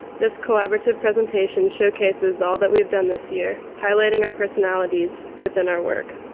this collaborative presentation showcases all that we have done this year, highlighting our personalities within our work.